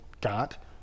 got